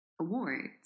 awards